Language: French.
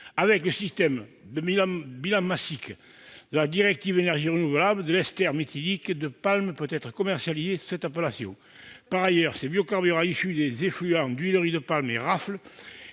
Avec le système de « bilan massique » de la directive sur les énergies renouvelables, de l'ester méthylique de palme peut être commercialisé sous cette appellation. Par ailleurs, ces biocarburants issus des « effluents d'huileries de palme et rafle